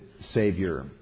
Savior